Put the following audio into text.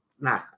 nah